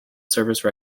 service